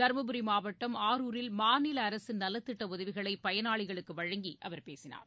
தருமபுரி மாவட்டம் ஆரூரில் மாநிலஅரசின் நலத்திட்டஉதவிகளைபயனாளிகளுக்குவழங்கிஅவர் பேசினார்